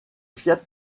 fiat